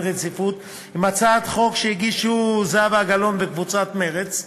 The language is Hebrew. רציפות עם הצעת חוק שהגישו זהבה גלאון וקבוצת מרצ,